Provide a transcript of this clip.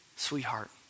Sweetheart